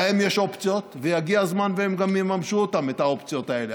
להם יש אופציות ויגיע הזמן שהם גם יממשו את האופציות האלה.